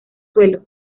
suelo